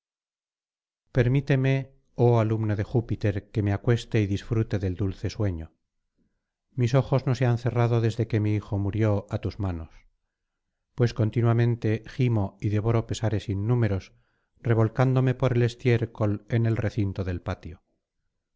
permite oh alumno de júpiter que me acueste y disfrute del dulce sueño mis ojos no se han cerrado desde que mi hijo murió á tus manos pues continuamente gimo y devoro pesares innúmeros revoleándome por el estiércol en el recinto del patio